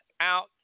out